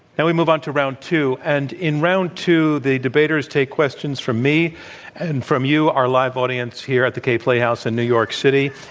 now, we move on to round two. and in round two, the debaters take questions from me and from you, our live audience here at the kaye playhouse in new york city.